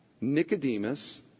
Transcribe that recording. Nicodemus